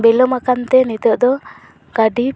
ᱵᱤᱞᱳᱢ ᱟᱠᱟᱱ ᱛᱮ ᱱᱤᱛᱚᱜ ᱫᱚ ᱜᱟ ᱰᱤ